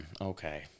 okay